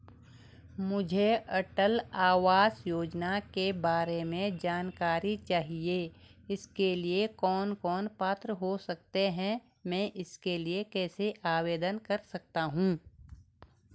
मुझे अटल आवास योजना के बारे में जानकारी चाहिए इसके लिए कौन कौन पात्र हो सकते हैं मैं इसके लिए कैसे आवेदन कर सकता हूँ?